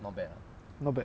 not bad